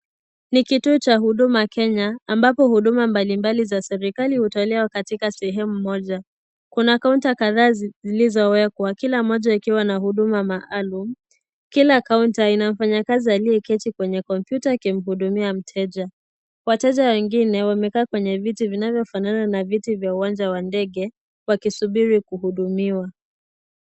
Ni kituo cha Huduma Kenya ambapo Huduma mbalimbali za serikali hutolewa katika sehemu moja. Kuna kaunta kadhaa zilizowekwa, kila mmoja akiwa na huduma maalum. Kila Kaunta ina mfanyikazi aliyeketi kwenye kompyuta akimhudumia mteja. Wateja wengine wamekaa kwenye viti vinavyofanana na viti vya uwanja wa ndege wakisuburi kuhudumiwa.